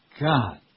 God